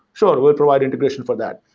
sure, we'll provide integration for that.